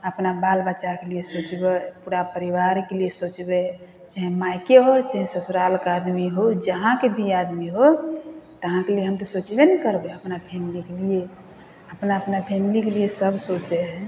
अपना बाल बच्चाके लिए सोचबै पूरा परिवारके लिए सोचबै चाहे मायके होइ चाहे ससुरालके आदमी हो जहाँके भी आदमी हो तहाँके लिए हम तऽ सोचबे ने करबै अपना फैमिलीके लिए अपना अपना फैमिलीके लिए सब सोचै हइ